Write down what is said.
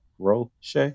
Roche